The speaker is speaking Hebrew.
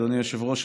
אדוני היושב-ראש,